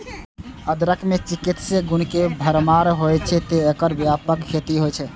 अदरक मे चिकित्सीय गुण के भरमार होइ छै, तें एकर व्यापक खेती होइ छै